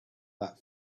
that